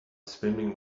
swimming